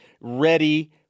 ready